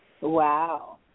Wow